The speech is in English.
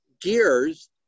gears